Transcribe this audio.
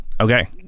Okay